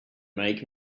make